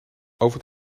over